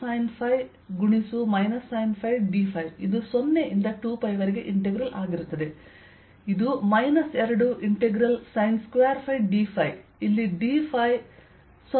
dl ಮೌಲ್ಯವು2sinϕ sinϕdϕ ಇದು 0 ಇಂದ 2π ವರೆಗೆ ಇಂಟೆಗ್ರಲ್ ಆಗಿರುತ್ತದೆ